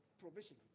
provision